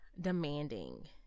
demanding